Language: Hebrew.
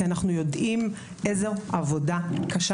כי אנחנו יודעים איזו עבודה קשה.